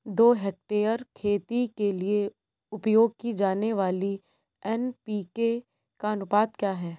दो हेक्टेयर खेती के लिए उपयोग की जाने वाली एन.पी.के का अनुपात क्या है?